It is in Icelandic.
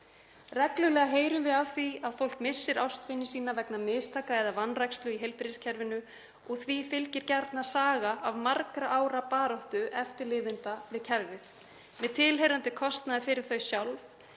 Reglulega heyrum við af því að fólk missi ástvini sína vegna mistaka eða vanrækslu í heilbrigðiskerfinu og því fylgir gjarnan saga af margra ára baráttu eftirlifenda við kerfið með tilheyrandi kostnaði fyrir þau sjálf,